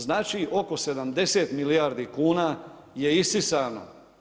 Znači oko 70 milijardi kuna je isisano.